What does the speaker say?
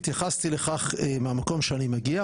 התייחסתי לכך מהמקום שאני מגיע,